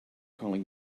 calling